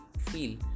feel